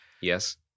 Yes